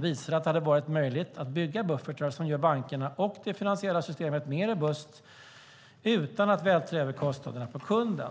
visar att det hade varit möjligt att bygga buffertar som gör bankerna och det finansiella systemet mer robust utan att vältra över kostnaderna på kunden.